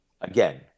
again